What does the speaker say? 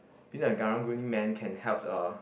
being a Karang-Guni Man can help uh